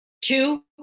two